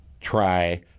try